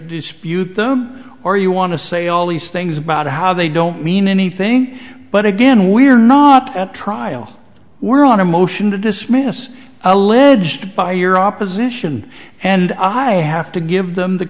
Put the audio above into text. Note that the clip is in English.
dispute them or you want to say all these things about how they don't mean anything but again we're not at trial we're on a motion to dismiss alleged by your opposition and i have to give them the